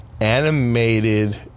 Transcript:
animated